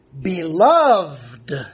Beloved